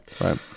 Right